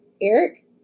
Eric